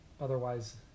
otherwise